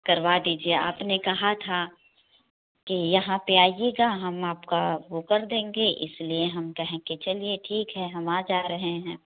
करवा दीजिए आपने कहा था कि यहाँ पर आइएगा हम आपका वो कर देंगे इस लिए हम कहें कि चलिए ठीक है हम आ जा रहे हैं